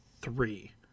three